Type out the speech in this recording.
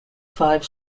five